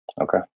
Okay